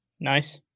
Nice